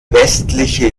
westliche